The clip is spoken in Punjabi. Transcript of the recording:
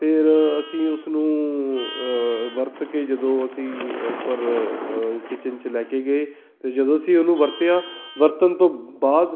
ਫਿਰ ਅਸੀਂ ਉਸਨੂੰ ਵਰਤ ਕੇ ਜਦੋਂ ਅਸੀਂ ਉੱਪਰ ਕਿਚਨ 'ਚ ਲੈ ਕੇ ਗਏ ਅਤੇ ਜਦੋਂ ਅਸੀਂ ਇਹਨੂੰ ਵਰਤਿਆ ਵਰਤਣ ਤੋਂ ਬਾਅਦ